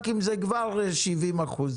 אתה תהיה באותה סקאלה.